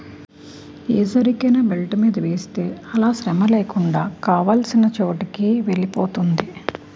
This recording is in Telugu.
ఏ సరుకైనా బెల్ట్ మీద వేస్తే అలా శ్రమలేకుండా కావాల్సిన చోటుకి వెలిపోతుంది